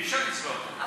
אי-אפשר לסגור את המפעל.